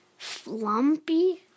Flumpy